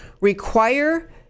require